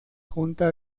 junta